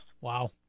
Wow